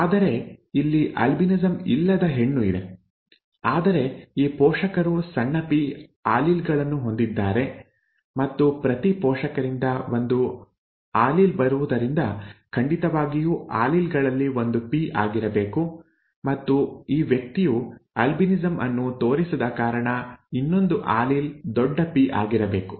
ಆದರೆ ಇಲ್ಲಿ ಆಲ್ಬಿನಿಸಂ ಇಲ್ಲದ ಹೆಣ್ಣು ಇದೆ ಆದರೆ ಈ ಪೋಷಕರು ಸಣ್ಣ ಪಿ ಆಲೀಲ್ ಗಳನ್ನು ಹೊಂದಿದ್ದಾರೆ ಮತ್ತು ಪ್ರತಿ ಪೋಷಕರಿಂದ ಒಂದು ಆಲೀಲ್ ಬರುವುದರಿಂದ ಖಂಡಿತವಾಗಿಯೂ ಆಲೀಲ್ ಗಳಲ್ಲಿ ಒಂದು ಪಿ ಆಗಿರಬೇಕು ಮತ್ತು ಈ ವ್ಯಕ್ತಿಯು ಆಲ್ಬಿನಿಸಂ ಅನ್ನು ತೋರಿಸದ ಕಾರಣ ಇನ್ನೊಂದು ಆಲೀಲ್ ದೊಡ್ಡ ಪಿ ಆಗಿರಬೇಕು